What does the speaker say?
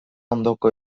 ondoko